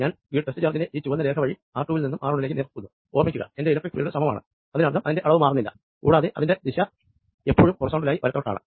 ഞാൻ ഈ ടെസ്റ്റ് ചാർജിനെ ഈ ചുവന്ന രേഖ വഴി ആർ 2 ൽ നിന്നും ആർ 1 ലേക്ക് നീക്കുന്നു ഓർമ്മിക്കുക എന്റെ ഇലക്ട്രിക് ഫീൽഡ് സമമാണ് അതിനർത്ഥം ഇതിന്റെ അളവ് മാറുന്നില്ല കൂടാതെ അതിന്റെ ദിശ എപ്പോഴും ഹൊറിസോണ്ടലായി വലത്തോട്ടാണ്